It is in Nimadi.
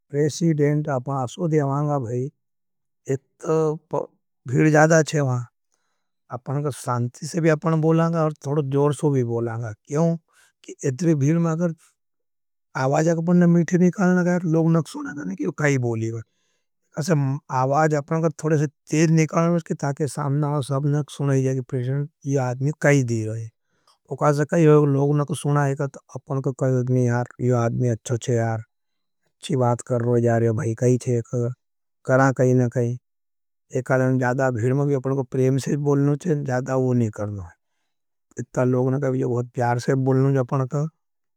प्रेसीडेंट, अपना असो देवांगा भाई, इतना भीर जादा छे वहाँ, अपना को सांति से भी अपना बोलांगा और थोड़ा जोर सो भी बोलांगा। क्योंकि इतनी भीर में अगर आवाज आपने मीठी निकालना गया, लोग नक सुनना जाना कि यो काई बोलीगा। अपने आवाज थोड़े से तेज निकालना जाना कि ताके सामना आवाज सबने नक सुनना जाना कि प्रेसीडेंट यो आदमी काई दी रहे है। वो कहा सकता य अपने को प्रेम से बोलना चे जादा वो नहीं करना। इतना लोगना कहा वो बहुत प्यार से बोलना जापन का।